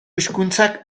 hizkuntzak